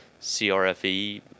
CRFE